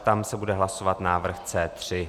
Tam se bude hlasovat návrh C3.